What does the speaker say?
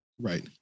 Right